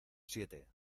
siete